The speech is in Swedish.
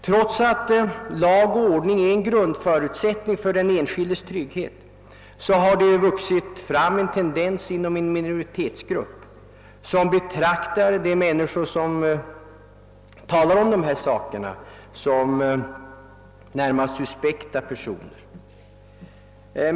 Trots att lag och ordning är en grundförutsättning för den enskildes trygghet har det vuxit fram tendenser inom en minoritetsgrupp att betrakta de människor som talar om dessa saker som närmast suspekta.